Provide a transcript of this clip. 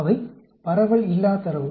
அவை பரவல் இல்லா தரவு